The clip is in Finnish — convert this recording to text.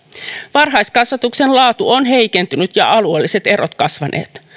varhaiskasvatuksen laatu on heikentynyt ja alueelliset erot kasvaneet